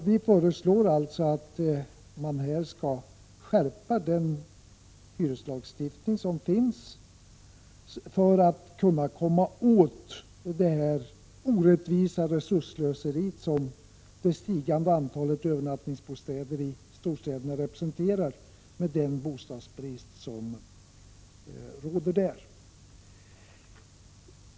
Vi föreslår att man skall skärpa hyreslagstiftningen för att komma åt det orättvisa resursslöseri som det stigande antalet övernattningsbostäder i storstäderna representerar, med tanke på den bostadsbrist som råder.